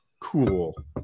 cool